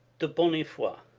de bonnefoi,